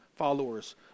followers